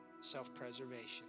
self-preservation